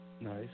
Nice